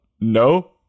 no